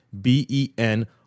B-E-N